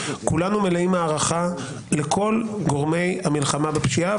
כולנו מלאים הערכה לכל גורמי המלחמה בפשיעה,